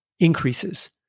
increases